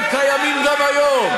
הם קיימים גם היום.